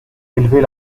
élever